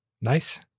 Nice